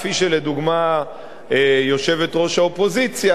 כפי שלדוגמה יושבת-ראש האופוזיציה,